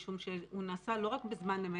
משום שהוא נעשה לא רק בזמן אמת,